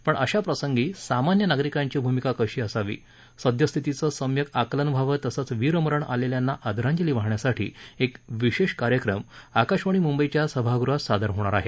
पण अशा प्रसंगी सामान्य नागरिकांची भूमिका कशी असावी सद्यस्थितीचं सम्यक आकलन व्हावं तसंच वीरमरण आलेल्यांना आदरांजली वाहण्यासाठी एक विशेष कार्यक्रम आकाशवाणी मुंबईच्या सभागृहात सादर होणार आहे